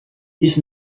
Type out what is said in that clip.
ich